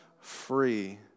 free